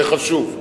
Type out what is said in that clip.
זה חשוב,